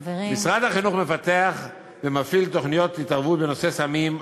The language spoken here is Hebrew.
משרד החינוך מפתח ומפעיל תוכניות התערבות בנושא סמים,